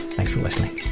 thanks for listening